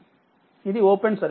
ఇది open circuit